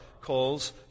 calls